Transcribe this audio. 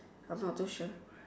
I'm not too sure